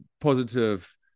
Positive